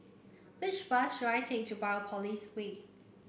which bus should I take to Biopolis Way